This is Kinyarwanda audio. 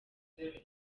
cyane